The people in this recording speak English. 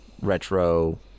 retro